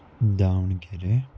Davanagere